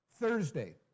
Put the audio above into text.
Thursday